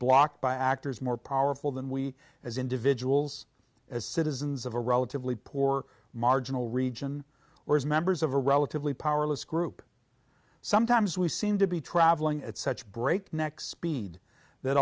blocked by actors more powerful than we as individuals as citizens of a relatively poor marginal region or as members of a relatively powerless group sometimes we seemed to be travelling at such breakneck speed that